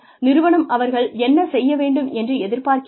நிறுவனம் அவர்கள் என்ன செய்ய வேண்டும் என்று எதிர்பார்க்கிறது